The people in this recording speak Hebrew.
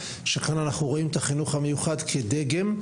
שכן אנחנו רואים את החינוך המיוחד כדגם.